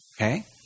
Okay